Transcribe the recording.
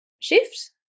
shift